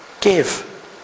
Give